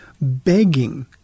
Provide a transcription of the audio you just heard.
begging